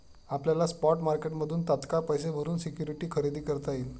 आपल्याला स्पॉट मार्केटमधून तात्काळ पैसे भरून सिक्युरिटी खरेदी करता येईल